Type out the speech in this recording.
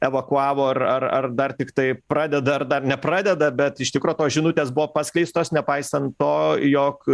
evakuavo ar ar ar dar tiktai pradeda ar dar nepradeda bet iš tikro tos žinutės buvo paskleistos nepaisant to jog